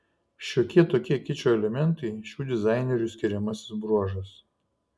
šiokie tokie kičo elementai šių dizainerių skiriamasis bruožas